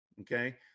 okay